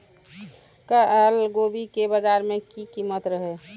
कल गोभी के बाजार में की कीमत रहे?